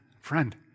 Friend